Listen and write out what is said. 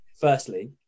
firstly